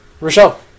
Rochelle